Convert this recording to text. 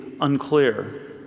unclear